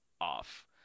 off